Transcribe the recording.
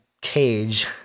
cage